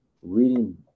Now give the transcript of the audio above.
reading